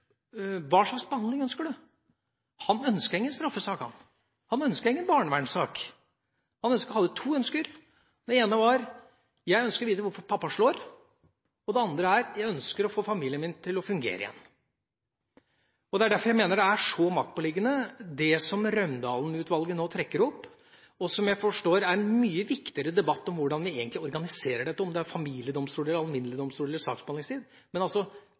Hva slags behandling ønsker du? Han ønsket ingen straffesak, han ønsket ingen barnevernssak. Han hadde to ønsker. Det ene var å få vite hvorfor pappa slår, og det andre var å få familien til å fungere igjen. Det er derfor jeg mener det er så maktpåliggende det Raundalen-utvalget nå trekker opp, som er en mye viktigere debatt om hvordan vi egentlig organiserer dette – om det er familiedomstoler, alminnelige domstoler eller saksbehandlingstid.